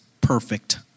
perfect